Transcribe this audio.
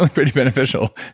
ah pretty beneficial.